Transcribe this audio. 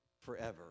forever